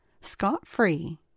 scot-free